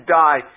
die